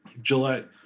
Gillette